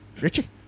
Richie